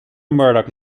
murdoch